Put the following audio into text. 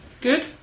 Good